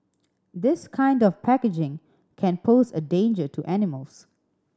this kind of packaging can pose a danger to animals